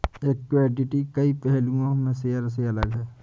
equity कई पहलुओं में शेयरों से अलग है